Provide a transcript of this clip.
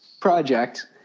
project